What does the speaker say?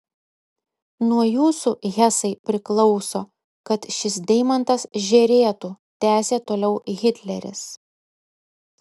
nuo jūsų hesai priklauso kad šis deimantas žėrėtų tęsė toliau hitleris